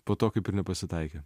po to kaip ir nepasitaikė